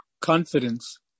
confidence